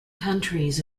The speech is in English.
countries